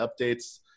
updates